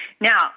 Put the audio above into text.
Now